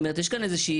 יש כאן איזושהי